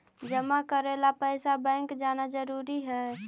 जमा करे ला पैसा बैंक जाना जरूरी है?